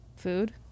food